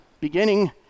beginning